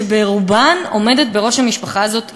וברובן עומדת בראש המשפחה הזאת אישה.